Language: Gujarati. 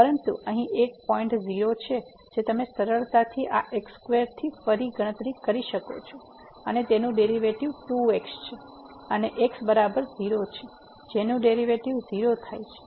પરંતુ અહીં એક પોઈન્ટ 0 છે જે તમે સરળતાથી આ x2 થી ફરી ગણતરી કરી શકો છો અને તેનું ડેરીવેટીવ 2x છે અને x બરાબર 0 છે જેનું ડેરીવેટીવ ૦ થાય છે